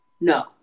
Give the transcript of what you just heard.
No